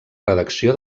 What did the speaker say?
redacció